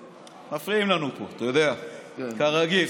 מפריעים לנו פה, אתה יודע, כרגיל.